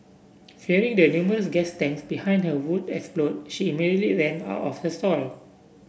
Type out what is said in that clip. fearing the numerous gas tanks behind her would explode she immediately ran out of her stall